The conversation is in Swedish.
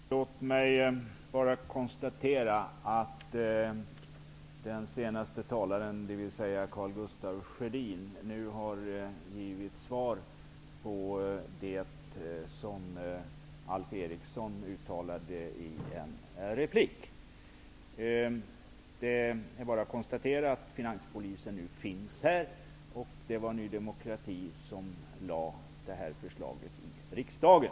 Herr talman! Låt mig bara konstatera att den senaste talaren, Karl Gustaf Sjödin, nu har givit svar på det som Alf Eriksson påstod i en replik. Det är bara att konstatera att det nu finns en finanspolis och att det var Ny demokrati som lade fram det förslaget i riksdagen.